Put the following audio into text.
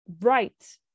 right